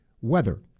weather